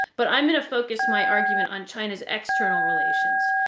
but i am going to focus my argument on china's external relations,